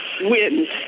wins